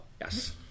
yes